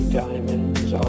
diamonds